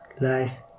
life